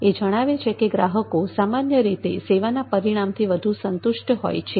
એ જણાવે છે કે ગ્રાહકો સામાન્ય રીતે સેવાના પરિણામથી વધુ સંતુષ્ટ હોય છે